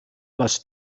was